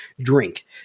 drink